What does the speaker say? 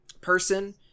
person